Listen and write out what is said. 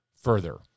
further